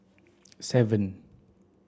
seven